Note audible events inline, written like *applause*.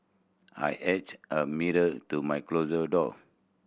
I *unintelligible* a mirror to my closet door